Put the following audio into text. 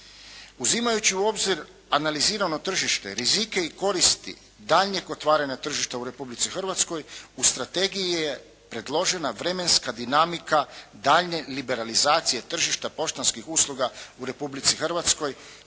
Uzimajući u obzir analizirano tržište, rizike i koristi daljnjeg otvaranja tržišta u Republici Hrvatskoj, u strategiji je predložena vremenska dinamika daljnje liberalizacije tržišta poštanskih usluga u Republici Hrvatskoj